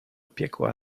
piekła